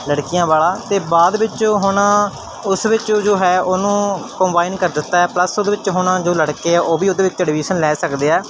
ਲੜਕੀਆਂ ਵਾਲਾ ਅਤੇ ਬਾਅਦ ਵਿੱਚ ਹੁਣ ਉਸ ਵਿੱਚ ਜੋ ਹੈ ਉਹਨੂੰ ਕੰਬਾਇਨ ਕਰ ਦਿੱਤਾ ਹੈ ਪਲੱਸ ਉਹਦੇ ਵਿੱਚ ਹੁਣ ਜੋ ਲੜਕੇ ਆ ਉਹ ਵੀ ਉਹਦੇ ਵਿੱਚ ਐਡਮਿਸ਼ਨ ਲੈ ਸਕਦੇ ਆ